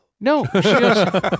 No